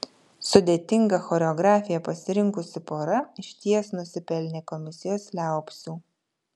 sudėtingą choreografiją pasirinkusi pora išties nusipelnė komisijos liaupsių